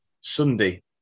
Sunday